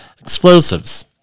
explosives